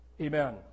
Amen